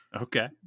Okay